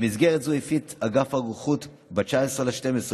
במסגרת זו הפיץ אגף הרוקחות ב-19 בדצמבר,